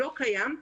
לא קיים,